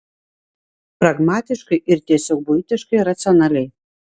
pragmatiškai ir tiesiog buitiškai racionaliai